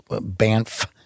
Banff